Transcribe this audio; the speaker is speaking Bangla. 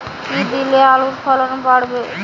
কী দিলে আলুর ফলন বাড়বে?